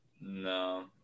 No